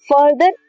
Further